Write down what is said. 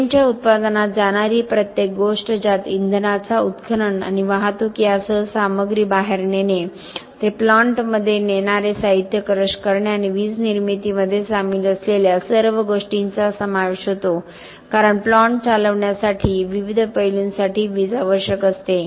सिमेंटच्या उत्पादनात जाणारी प्रत्येक गोष्ट ज्यात इंधनाचा उत्खनन आणि वाहतूक यासह सामग्री बाहेर नेणे ते प्लांटमध्ये नेणारे साहित्य क्रश करणे आणि वीज निर्मितीमध्ये सामील असलेल्या सर्व गोष्टींचा समावेश होतो कारण प्लांट चालविण्यासाठी विविध पैलूंसाठी वीज आवश्यक असते